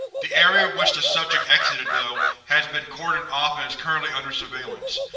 the area which the subject exited, though, has been cordoned off and is currently under surveillance.